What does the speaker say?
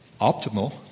optimal